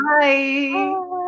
Bye